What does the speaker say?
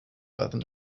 rather